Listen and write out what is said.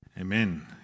Amen